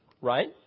Right